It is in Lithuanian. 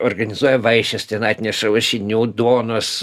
organizuoja vaišes ten atneša lašinių duonos